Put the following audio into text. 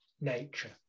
nature